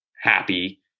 happy